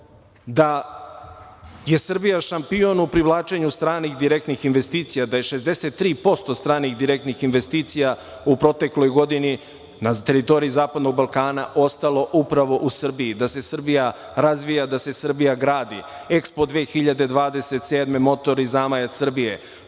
da je Srbija šampion u privlačenju stranih direktnih investicija, da je 63% stranih direktnih investicija u protekloj godini na teritoriji zapadnog Balkana ostalo upravo u Srbiji, da se Srbija razvija, da se Srbija gradi. Dakle, EKSPO 2027. godine, motor i zamajac i Srbije.